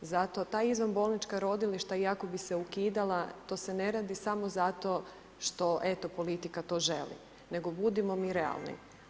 Zato ta izvanbolnička rodilišta i ako bi se ukidala, to se ne radi samo zato što eto politika to želi, nego budimo mi realni.